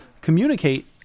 communicate